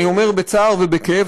אני אומר בצער ובכאב,